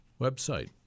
website